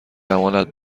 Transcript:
امانت